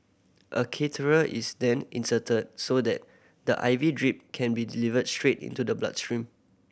a catheter is then inserted so that the I V drip can be delivered straight into the blood stream